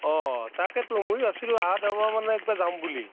অঁ তাকেতো মইয়ো ভাব্ছিলোঁ আহা দেওবাৰমানে একবাৰ যাম বুলি